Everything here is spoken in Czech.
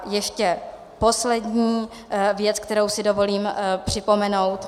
Ještě poslední věc, kterou si dovolím připomenout.